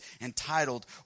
entitled